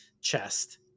chest